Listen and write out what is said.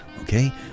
Okay